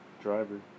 driver